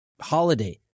holiday